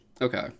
Okay